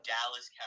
Dallas